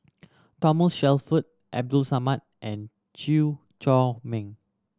Thomas Shelford Abdul Samad and Chew Chor Meng